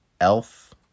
Elf